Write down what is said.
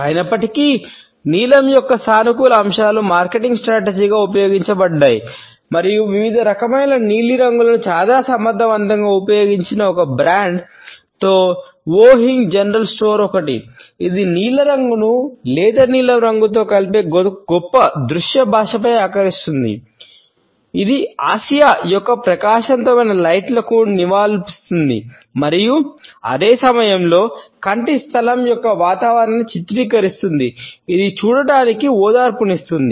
అయినప్పటికీ నీలం యొక్క సానుకూల అంశాలు మార్కెటింగ్ స్ట్రాటజీగా నివాళులర్పిస్తుంది మరియు అదే సమయంలో కంటి స్థలం మరియు వాతావరణాన్ని చిత్రీకరిస్తుంది ఇది చూడటానికి ఓదార్పునిస్తుంది